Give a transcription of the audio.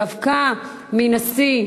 דווקא מנשיא,